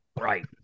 Right